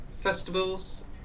festivals